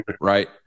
right